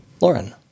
lauren